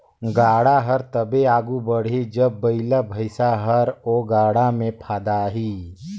गाड़ा हर तबे आघु बढ़ही जब बइला भइसा हर ओ गाड़ा मे फदाही